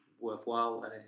worthwhile